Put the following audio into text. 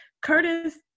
Curtis